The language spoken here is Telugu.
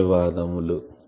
ధన్యవాదములు